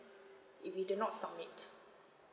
if we did not submit